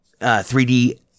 3D